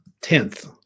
Tenth